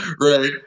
right